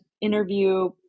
interview